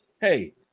Hey